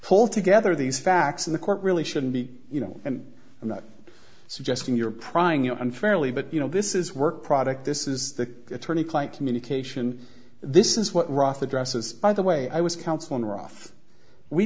pull together these facts in the court really shouldn't be you know and i'm not suggesting you're prying you know unfairly but you know this is work product this is the attorney client communication this is what roth addresses by the way i was counsel in roth we